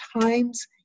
times